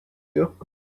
you